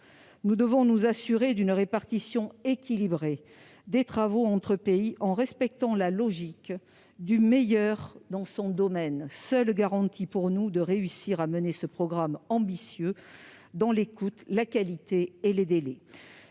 nous devons nous assurer d'une répartition équilibrée des travaux entre pays, en respectant la logique du meilleur dans son domaine, seule garantie pour nous de réussir à mener ce programme ambitieux dans l'écoute, la qualité et les délais.